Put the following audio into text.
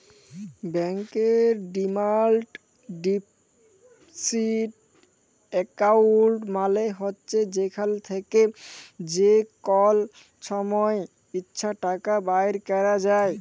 ব্যাংকের demand deposit account মালে হছে যেখাল থ্যাকে যে কল সময় ইছে টাকা বাইর ক্যরা যায়